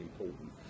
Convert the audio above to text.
important